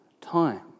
time